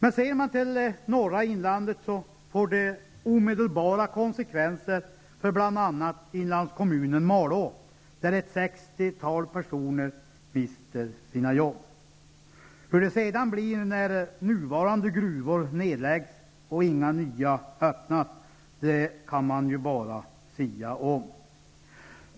I det norra inlandet får beslutet omedelbara konsekvenser för inlandskommunen Malå, där ett sextiotal personer mister sina jobb. Hur det blir när nuvarande gruvor nedläggs och inga nya öppnas, kan man bara sia om.